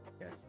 Yes